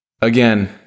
again